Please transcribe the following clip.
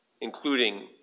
including